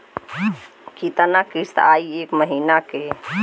कितना किस्त आई एक महीना के?